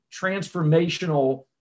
transformational